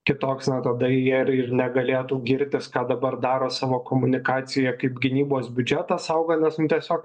kitoks na tada jie ir ir negalėtų girtis ką dabar daro savo komunikacijoje kaip gynybos biudžetas auga nes nu tiesiog